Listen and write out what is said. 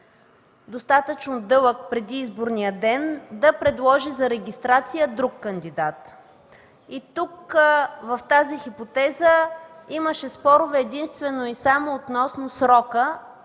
достатъчно дълъг, преди изборния ден да предложи за регистрация друг кандидат. В тази хипотеза имаше спорове единствено и само относно срока,